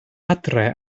adre